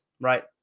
right